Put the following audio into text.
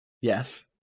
Yes